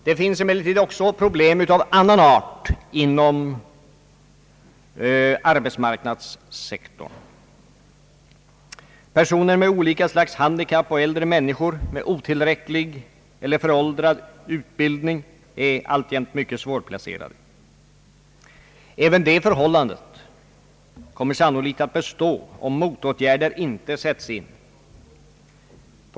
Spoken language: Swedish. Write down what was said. Det finns emellertid också problem av annan art inom arbetsmarknadssektorn. Personer med olika slags handikapp och äldre människor med otillräcklig eller föråldrad utbildning är alltjämt mycket svårplacerade. Även det förhållandet kommer sannolikt att bestå, om motåtgärder inte sätts in.